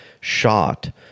shot